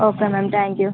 okay ma'am thank you